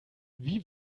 wie